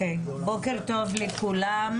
בוקר טוב לכולם,